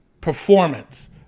performance